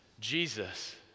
Jesus